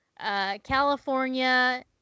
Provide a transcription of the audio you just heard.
California